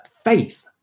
faith